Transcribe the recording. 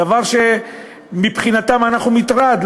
דבר שמבחינתם אנחנו מטרד,